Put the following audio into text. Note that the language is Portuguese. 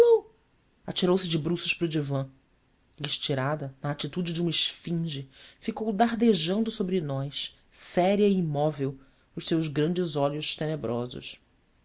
lu atirou-se de bruços para o divã e estirada na atitude de uma esfinge ficou dardejando sobre nós séria e imóvel os seus grandes olhos tenebrosos